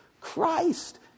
Christ